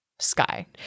sky